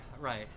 right